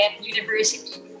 university